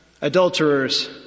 adulterers